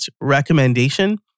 recommendation